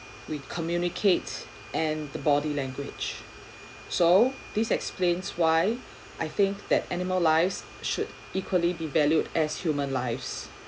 we communicate and the body language so this explains why I think that animal lives should equally be valued as human lives